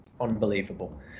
unbelievable